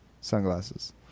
sunglasses